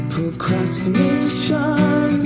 Procrastination